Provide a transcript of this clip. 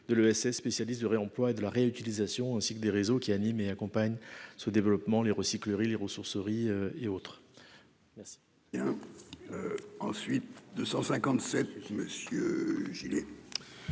(ESS) spécialistes du réemploi et de la réutilisation, ainsi que des réseaux qui animent et accompagnent ce développement, comme les recycleries, les ressourceries ou les